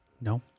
No